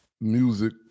Music